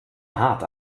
hart